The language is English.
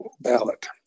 ballot